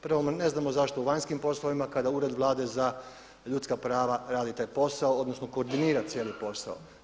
Prvo ne znamo zašto u vanjskim poslovima kada Ured Vlade za ljudska prava radi taj posao, odnosno koordinira cijeli posao.